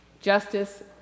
Justice